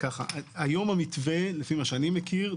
לפי מה שאני מכיר,